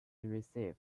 received